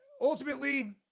Ultimately